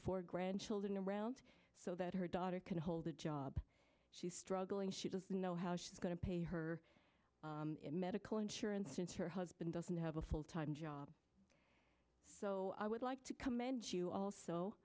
four grandchildren around so that her daughter can hold a job she's struggling she doesn't know how she's going to pay her medical insurance since her husband doesn't have a full time job so i would like to commend you also